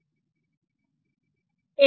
AXB